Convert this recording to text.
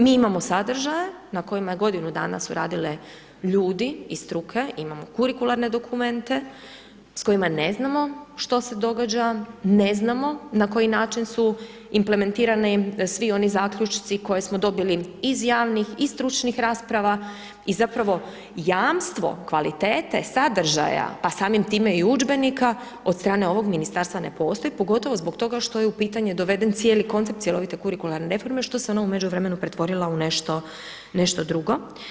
Mi imamo sadržaje na kojima godinu dana su radile ljudi i struke imamo kurikularne dokumente s kojima ne znamo što se događa, ne znamo na koji način su implementirani svi oni zaključci, koji smo dobili iz javnih i stručnih raspravi i zapravo jamstvo kvalitete sadržaja, pa samim time i udžbenika od strane ovog ministarstva ne postoji, pogotovo zbog toga što ej u pitanje doveden cijeli koncept cjelovite kurikularne reforme, što se ona u međuvremenu pretovarila u nešto drugo.